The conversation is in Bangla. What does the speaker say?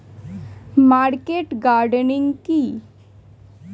মার্কেট গার্ডেনিং কি?